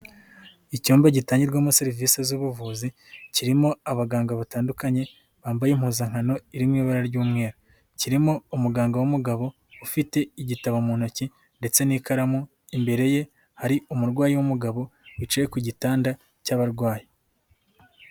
Icyumba gitangirwamo serivisi z'ubuvuzi kirimo abaganga batandukanye bambaye impuzankano iririmo ibara ry'umweru, kirimo umuganga w'umugabo ufite igitabo mu ntoki ndetse n'ikaramu imbere ye hari umurwayi w'umugabo wicaye ku gitanda cy'abarwayi.